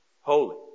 holy